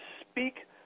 speak